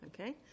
Okay